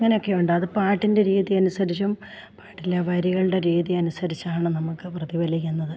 അങ്ങനെയൊക്കെയുണ്ട് അത് പാട്ടിൻ്റെ രീതി അനുസരിച്ചും പാട്ടിൻ്റെ വരികളുടെ രീതി അനുസരിച്ചുമാണ് നമുക്ക് പ്രതിഫലിക്കുന്നത്